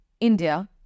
India